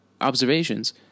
observations